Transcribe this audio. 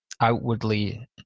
outwardly